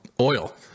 oil